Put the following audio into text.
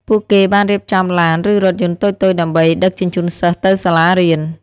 ពួកគេបានរៀបចំឡានឬរថយន្តតូចៗដើម្បីដឹកជញ្ជូនសិស្សទៅសាលារៀន។